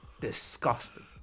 disgusting